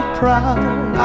proud